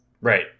Right